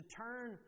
turn